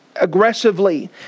aggressively